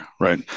right